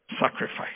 sacrifice